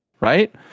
right